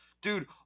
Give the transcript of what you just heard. Dude